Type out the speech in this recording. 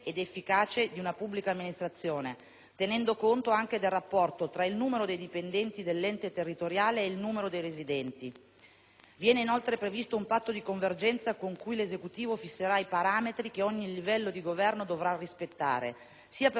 tenendo conto anche del rapporto tra il numero dei dipendenti dell'ente territoriale ed il numero dei residenti. Viene inoltre previsto un patto di convergenza con cui l'Esecutivo fisserà i parametri che ogni livello di governo dovrà rispettare, sia per quanto riguarda gli equilibri economico-finanziari